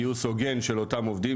גיוס הוגן של אותם עובדים